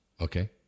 okay